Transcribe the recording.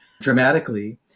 dramatically